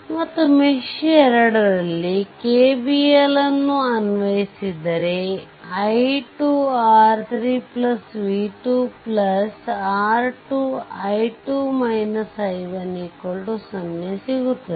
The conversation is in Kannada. ಮತ್ತು ಮೆಶ್ 2 ನಲ್ಲಿ KVL ಅನ್ವಯಿಸಿದರೆ i2 R3 v2 R 2 0 ಸಿಗುತ್ತದೆ